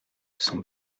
sont